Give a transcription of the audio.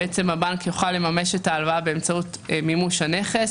הבנק יוכל לממש את ההלוואה באמצעות מימוש הנכס,